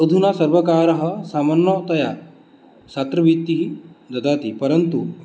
अधुना सर्वकारः सामान्यतया छात्रवृत्तिः ददाति परन्तु